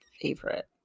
favorite